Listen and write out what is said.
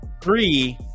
three